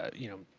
ah you know,